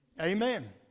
Amen